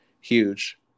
huge